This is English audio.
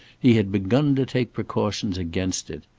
he had begun to take precautions against it.